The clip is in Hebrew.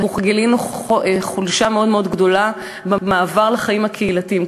אנחנו גילינו חולשה מאוד מאוד גדולה במעבר לחיים הקהילתיים.